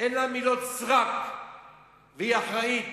אין לה מילות סרק והיא אחראית.